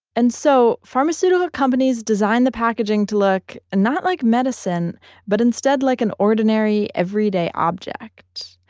and so pharmaceutical companies design the packaging to look and not like medicine but instead like an ordinary everyday object.